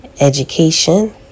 education